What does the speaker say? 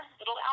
Little